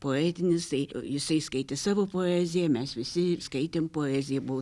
poetinis tai jisai skaitė savo poeziją mes visi skaitėm poeziją buvo